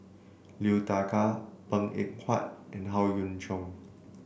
Liu Thai Ker Png Eng Huat and Howe Yoon Chong